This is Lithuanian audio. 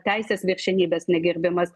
teisės viršenybės negerbimas